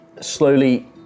slowly